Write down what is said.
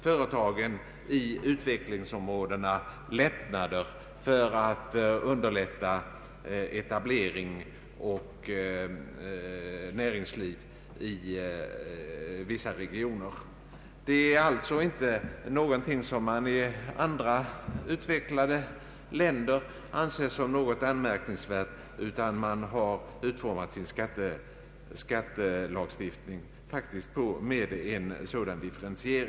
Företag i vissa utvecklingsområden får i dessa länder skattelättnader. Man har alltså i andra länder ansett det lämpligt med en sådan differentiering i skattelagstiftningen.